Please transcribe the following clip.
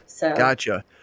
Gotcha